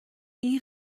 این